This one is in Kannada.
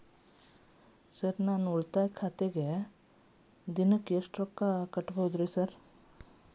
ಸರ್ ನಾನು ಉಳಿತಾಯ ಖಾತೆಗೆ ದಿನಕ್ಕ ಎಷ್ಟು ರೊಕ್ಕಾ ಕಟ್ಟುಬಹುದು ಸರ್?